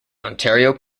ontario